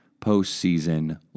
postseason